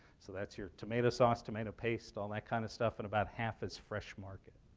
so that's your tomato sauce, tomato paste, all that kind of stuff. and about half its fresh market.